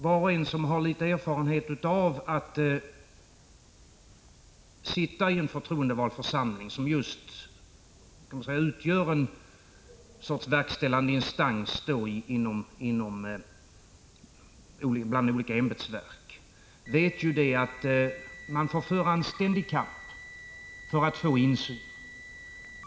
Var och en som har litet erfarenhet av att sitta i en förtroendevald församling som utgör en verkställande instans i ett ämbetsverk vet att man där får föra en ständig kamp för att få insyn.